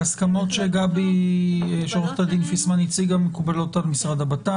ההסכמות שעו"ד פיסמן מקובלות על המשרד לבט"פ?